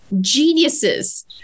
geniuses